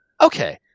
Okay